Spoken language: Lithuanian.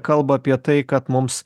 kalba apie tai kad mums